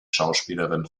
schauspielerin